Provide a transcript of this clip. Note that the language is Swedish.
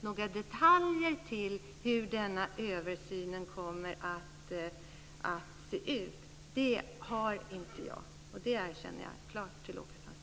Några detaljer om hur denna översyn kommer att se ut har jag inte - det erkänner jag klart för Åke Sandström.